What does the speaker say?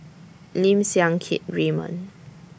Lim Siang Keat Raymond